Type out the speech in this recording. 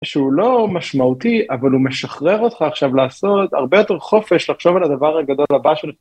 שהוא לא משמעותי אבל הוא משחרר אותך עכשיו לעשות הרבה יותר חופש לחשוב על הדבר הגדול הבא שלך.